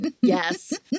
Yes